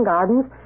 Gardens